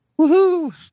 Woohoo